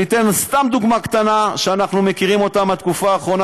אני אתן סתם דוגמה קטנה שאנחנו מכירים מהתקופה האחרונה,